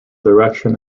direction